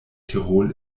tirol